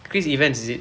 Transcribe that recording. chris evans is it